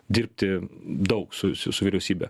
dirbti daug su su vyriausybe